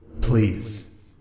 please